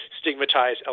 stigmatize